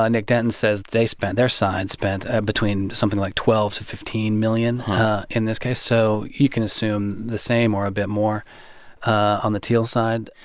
nick denton says they spent their side spent between something like twelve to fifteen million in this case. so you can assume the same or a bit more on the thiel side.